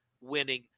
winning